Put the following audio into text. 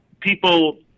people